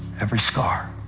every scar,